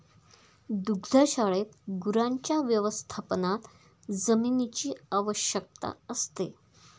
दुग्धशाळेत गुरांच्या व्यवस्थापनात जमिनीची आवश्यकता असते